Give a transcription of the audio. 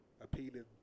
appealing